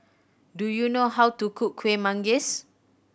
do you know how to cook Kueh Manggis